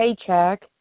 paycheck